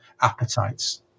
appetites